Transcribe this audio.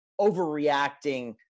overreacting